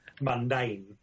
mundane